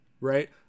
right